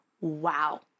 wow